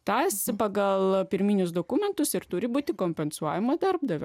tas pagal pirminius dokumentus ir turi būti kompensuojama darbdavio